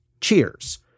Cheers